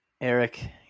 eric